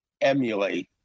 emulate